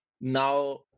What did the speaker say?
Now